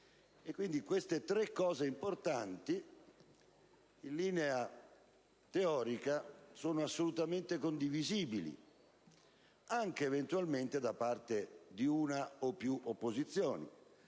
Questi tre passaggi importanti in linea teorica sono assolutamente condivisibili, anche da parte di una o più opposizioni.